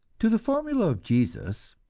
to the formula of jesus,